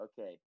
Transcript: Okay